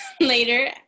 later